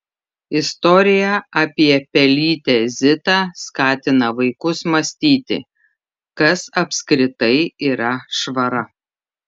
istorija apie pelytę zitą skatina vaikus mąstyti kas apskritai yra švara